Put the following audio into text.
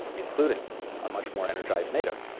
including a much more energized nato.